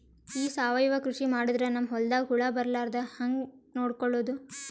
ಈ ಸಾವಯವ ಕೃಷಿ ಮಾಡದ್ರ ನಮ್ ಹೊಲ್ದಾಗ ಹುಳ ಬರಲಾರದ ಹಂಗ್ ನೋಡಿಕೊಳ್ಳುವುದ?